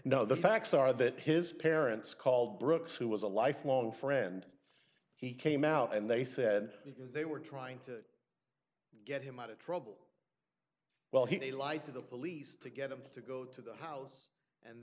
now the facts are that his parents called brooks who was a lifelong friend he came out and they said because they were trying to get him out of trouble well he lied to the police to get him to go to the house and